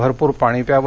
भरप्र पाणी प्यावे